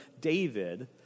David